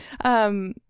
Um-